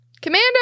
Commander